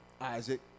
Isaac